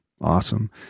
awesome